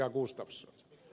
gustafsson